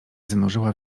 zanurzyła